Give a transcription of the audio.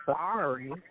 sorry